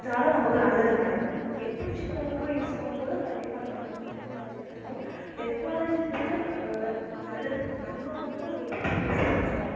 அதனால் நமக்கு நல்லது நடக்கும் கெட்ட விஷயங்களுக்காக யூஸ் பண்ணும் போது கண்டிப்பாக அதனால நமக்கு கெட்டது தான் நடக்கும் டெக்னாலஜின்றது நம்மளோட நல்லதுக்கு நம்ம வந்து அதை எப்படி யூஸ் பண்ணுறோம்